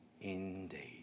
indeed